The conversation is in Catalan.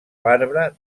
marbre